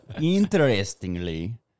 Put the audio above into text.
Interestingly